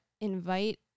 invite